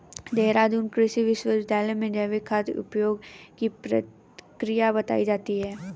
देहरादून कृषि विश्वविद्यालय में जैविक खाद उपयोग की प्रक्रिया बताई जाती है